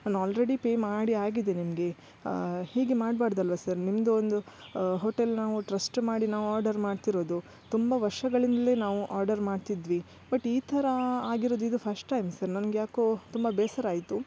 ನಾನು already pay ಮಾಡಿ ಆಗಿದೆ ನಿಮಗೆ ಹೀಗೆ ಮಾಡಬಾರ್ದಲ್ವಾ ಸರ್ ನಿಮ್ಮದು ಒಂದು ಹೋಟೆಲ್ ನಾವು ಟ್ರಸ್ಟ್ ಮಾಡಿ ನಾವು ಆರ್ಡರ್ ಮಾಡ್ತಿರೋದು ತುಂಬ ವರ್ಷಗಳಿಂದಲೆ ನಾವು ಆರ್ಡರ್ ಮಾಡ್ತಿದ್ವಿ ಬಟ್ ಈ ಥರ ಆಗಿರೋದಿದು ಫಸ್ಟ್ ಟೈಮ್ ಸರ್ ನನ್ಗೆ ಯಾಕೋ ತುಂಬಾ ಬೇಸರ ಆಯಿತು